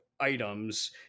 items